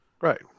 Right